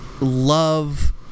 love